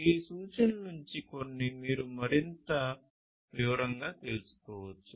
ఈ సూచనలు నుంచి కొన్ని మీరు మరింత వివరంగా తెలుసుకోవచ్చు